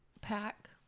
pack